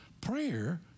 Prayer